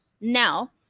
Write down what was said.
now